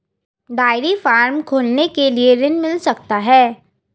Dairy farm खोलने के लिए ऋण मिल सकता है?